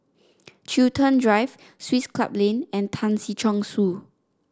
Chiltern Drive Swiss Club Lane and Tan Si Chong Su